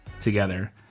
together